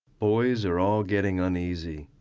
boys are all getting uneasy.